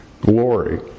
glory